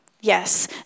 Yes